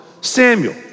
Samuel